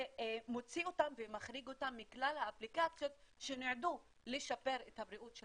זה מוציא אותם ומחריג אותם מכלל האפליקציות שנועדו לשפר את הבריאות של